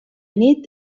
nit